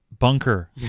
Bunker